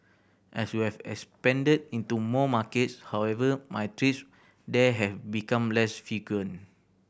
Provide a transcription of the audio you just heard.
as we have expanded into more markets however my there have become less frequent